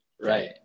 Right